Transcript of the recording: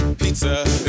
pizza